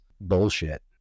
bullshit